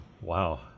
Wow